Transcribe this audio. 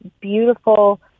beautiful